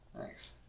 thanks